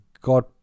God